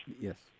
yes